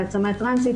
להעצמה טרנסית,